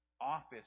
office